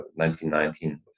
1919